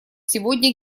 сегодня